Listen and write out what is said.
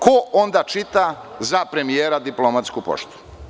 Ko onda čita za premijera diplomatsku poštu?